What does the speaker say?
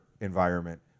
environment